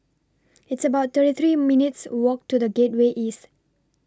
It's about thirty three minutes Walk to The Gateway East